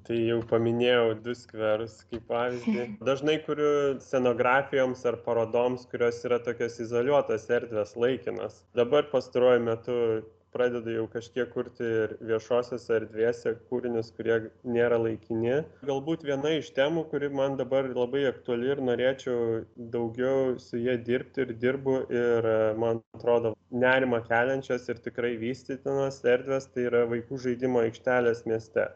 tai jau paminėjau du skverus kaip pavyzdį dažnai kuriu scenografijoms ar parodoms kurios yra tokios izoliuotos erdvės laikinos dabar pastaruoju metu pradeda jau kažkiek kurti ir viešosiose erdvėse kūrinius kurie nėra laikini galbūt viena iš temų kuri man dabar labai aktuali ir norėčiau daugiau su ja dirbti ir dirbu ir man atrodo nerimą keliančios ir tikrai vystytinos erdvės tai yra vaikų žaidimo aikštelės mieste